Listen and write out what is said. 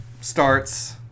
starts